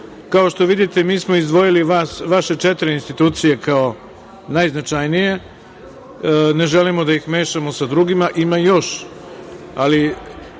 što vidite, mi smo izdvojili vaše četiri institucije kao najznačajnije. Ne želimo da ih mešamo sa drugima, ima ih